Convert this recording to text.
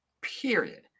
Period